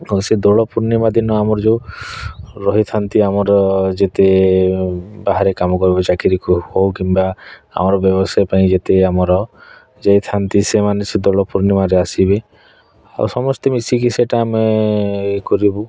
ଓ ସେ ଦୋଳପୂର୍ଣ୍ଣିମା ଦିନ ଆମର ଯେଉଁ ରହିଥାନ୍ତି ଆମର ଯେତେ ବାହାରେ କାମ କରବେ ଚାକିରୀ ହେଉ କିମ୍ବା ଆମର ବ୍ୟବସାୟ ପାଇଁ ଯେତିକି ଆମର ଯାଇଥାନ୍ତି ସେମାନେ ସେ ଦୋଳପୂର୍ଣ୍ଣିମାରେ ଆସିବେ ଆଉ ସମସ୍ତେ ମିଶିକି ସେଇଟା ଆମେ ଏ ଖୋଜିବୁ